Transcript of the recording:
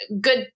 good